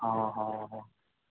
हा हा हा